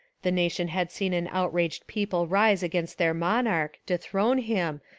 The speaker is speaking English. the nation had seen an outraged people rise against their monarch, dethrone him,